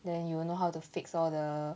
then you will know how to fix all the